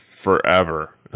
forever